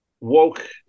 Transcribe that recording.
woke